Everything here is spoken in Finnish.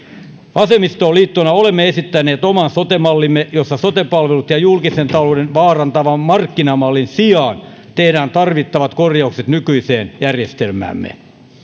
vasemmistoliittona olemme esittäneet oman sote mallimme jossa sote palvelut ja julkisen talouden vaarantavan markkinamallin sijaan tehdään tarvittavat korjaukset nykyiseen järjestelmäämme